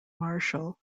marshall